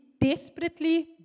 desperately